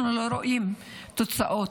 אנחנו לא רואים תוצאות.